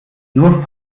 nur